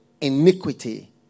iniquity